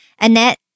Annette